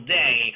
day